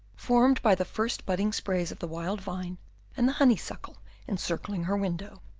formed by the first budding sprays of the wild vine and the honeysuckle encircling her window.